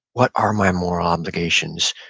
what are my moral obligations?